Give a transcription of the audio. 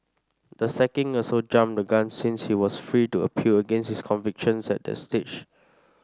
the sacking also jumped the gun since he was free to appeal against his convictions at that stage